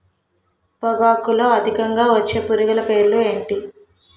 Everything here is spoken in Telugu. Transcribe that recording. పొగాకులో అధికంగా వచ్చే పురుగుల పేర్లు ఏంటి